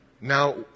Now